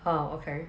oh okay